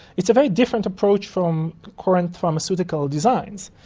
it's a very different approach from current pharmaceutical designs.